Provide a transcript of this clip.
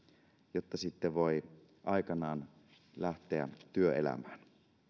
jotta sitten voi aikanaan lähteä työelämään